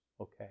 Okay